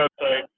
website